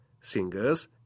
singers